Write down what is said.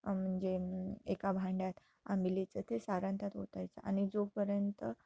म्हणजे एका भांड्यात आंबीलीचं ते सारण त्यात ओतायचं आणि जोपर्यंत